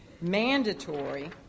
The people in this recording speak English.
mandatory